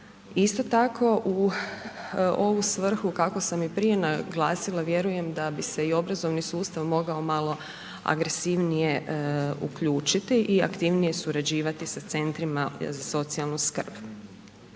isto tako u ovu svrhu kako sam i prije naglasila, vjerujem da bi se i obrazovni sustav mogao malo agresivnije uključiti i aktivnije surađivati sa CZSS-ima. Govorimo